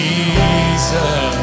Jesus